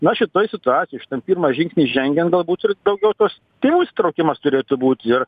na šitoj situacijoj šitam pirmą žingsnį žengiant galbūt ir daugiau tos tėvų įsitraukimas turėtų būt ir